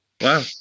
Wow